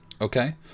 Okay